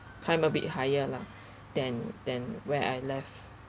climb a bit higher lah than than where I left